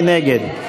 מי נגד?